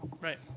Right